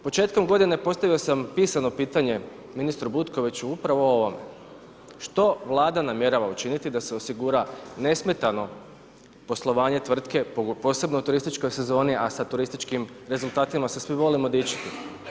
Početkom godine postavio sam pisano pitanje ministru Butkoviću upravo o ovom, što Vlada namjerava učiniti da se osigura nesmetano poslovanje tvrtke, posebno u turističkoj sezoni a sa turističkim rezultatima se svi volimo dičiti?